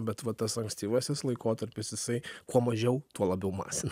bet va tas ankstyvasis laikotarpis jisai kuo mažiau tuo labiau masina